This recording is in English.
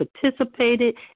participated